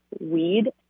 weed